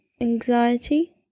anxiety